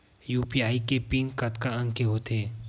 UPI के pin कतका अंक के होथे?